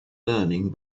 learning